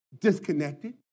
Disconnected